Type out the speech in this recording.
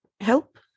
help